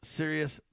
serious